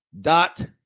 dot